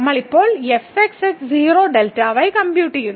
നമ്മൾ ഇപ്പോൾ കമ്പ്യൂട്ട് ചെയ്യുന്നു